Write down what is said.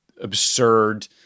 absurd